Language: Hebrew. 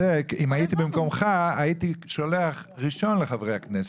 אם הייתי במקומך הייתי שולח ראשון לחברי הכנסת,